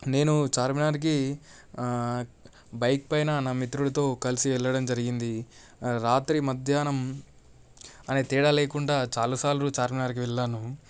నేను చార్మినార్కి బైక్ పైన నా మిత్రుడితో కలిసి వెళ్ళడం జరిగింది రాత్రి మధ్యాహ్నం అనే తేడా లేకుండా చాలా సార్లు చార్మినార్కి వెళ్ళాను